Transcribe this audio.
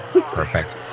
Perfect